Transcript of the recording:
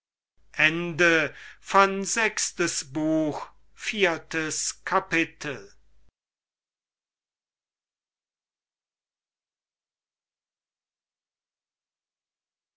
sechstes buch erstes kapitel